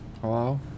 Hello